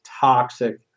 toxic